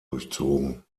durchzogen